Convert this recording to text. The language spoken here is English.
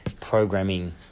programming